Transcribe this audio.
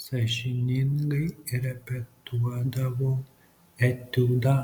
sąžiningai repetuodavau etiudą